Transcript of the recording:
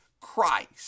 Christ